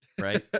Right